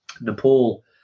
Nepal